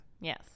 yes